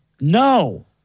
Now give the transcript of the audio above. no